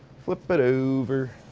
flip it over.